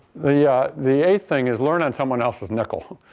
the yeah the eighth thing is learn on someone else's nickel.